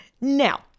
now